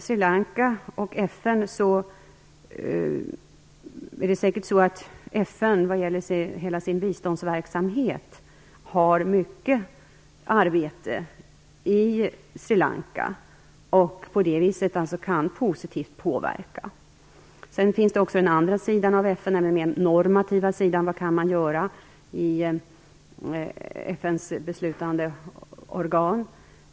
FN arbetar mycket i Sri Lanka genom sin biståndsverksamhet och kan på det viset påverka i positiv riktning. Men FN har ju också en normativ sida, och frågan är vad man kan göra i FN:s beslutande organ.